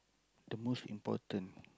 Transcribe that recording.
the most important